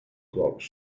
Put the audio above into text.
clocks